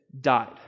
died